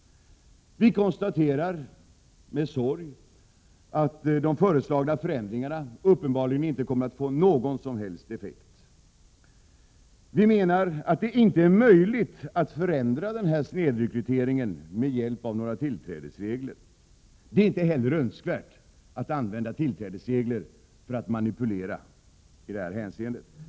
Vi konstaterar med sorg att de föreslagna förändringarna uppenbarligen inte kommer att få någon som helst effekt. Vi menar att det inte är möjligt att förändra snedrekryteringen med hjälp av några tillträdesregler. Det är inte heller önskvärt att använda tillträdesreglerna för att manipulera i detta hänseende.